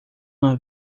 uma